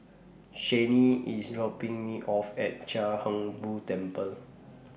Chaney IS dropping Me off At Chia Hung Boo Temple